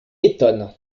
étonne